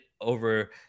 over